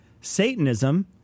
satanism